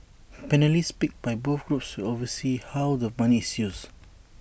panellists picked by both groups oversee how the money is used